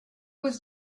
was